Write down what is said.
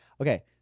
Okay